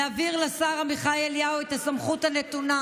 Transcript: להעביר לשר עמיחי אליהו את הסמכות הנתונה